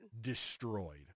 Destroyed